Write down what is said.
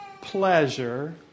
pleasure